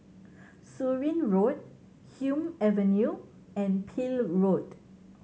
Surin Road Hume Avenue and Peel Road